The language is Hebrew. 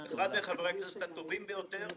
אתה אחד מחברי הכנסת הטובים ביותר,